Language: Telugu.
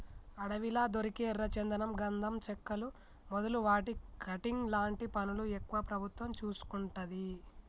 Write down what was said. అడవిలా దొరికే ఎర్ర చందనం గంధం చెక్కలు మొదలు వాటి కటింగ్ లాంటి పనులు ఎక్కువ ప్రభుత్వం చూసుకుంటది